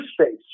space